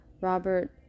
Robert